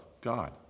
God